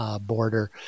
border